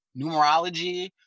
numerology